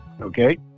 okay